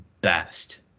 best